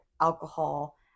alcohol